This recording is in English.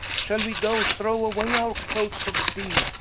shall we go throw away our coates of steele,